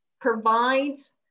provides